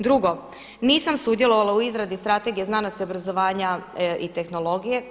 Drugo, nisam sudjelovala u izradi Strategije znanosti, obrazovanja i tehnologije.